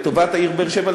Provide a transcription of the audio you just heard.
לטובת העיר באר-שבע,